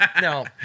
No